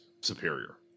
superior